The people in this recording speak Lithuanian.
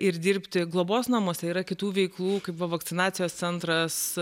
ir dirbti globos namuose yra kitų veiklų kaip va vakcinacijos centras